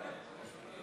קיש